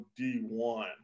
D1